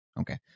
Okay